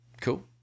Cool